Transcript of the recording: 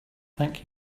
thank